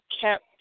kept